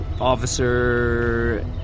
Officer